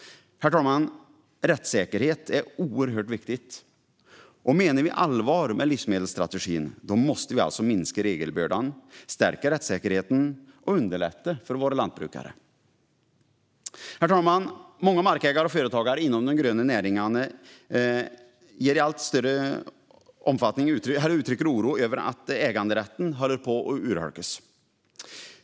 Herr talman! Rättssäkerhet är oerhört viktigt. Menar vi allvar med livsmedelsstrategin måste vi alltså minska regelbördan, stärka rättssäkerheten och underlätta för våra lantbrukare. Herr talman! Många markägare och företagare inom de gröna näringarna uttrycker i allt större omfattning oro över att äganderätten håller på att urholkas.